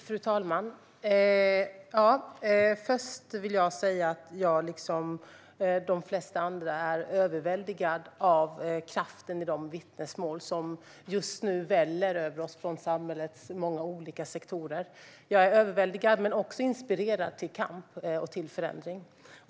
Fru talman! Först vill jag säga att jag, liksom de flesta andra, är överväldigad av kraften i de vittnesmål som just nu väller över oss från samhällets många olika sektorer. Jag är överväldigad men också inspirerad till kamp och förändring.